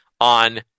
on